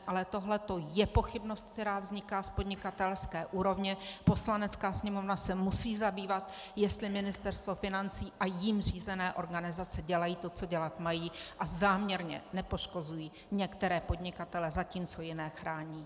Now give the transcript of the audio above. Ale tohleto je pochybnost, která vzniká z podnikatelské úrovně, Poslanecká sněmovna se musí zabývat tím, jestli Ministerstvo financí a jím řízené organizace dělají to, co dělat mají, a záměrně nepoškozují některé podnikatele, zatímco jiné chrání.